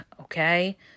Okay